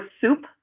soup